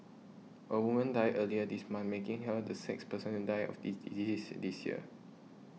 a woman died earlier this month making her the sixth person to die of the disease this year